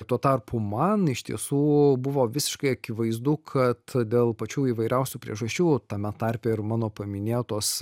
tuo tarpu man iš tiesų buvo visiškai akivaizdu kad dėl pačių įvairiausių priežasčių tame tarpe ir mano paminėtos